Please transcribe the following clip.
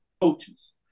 coaches